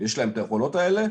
יש להם את היכולות האלה.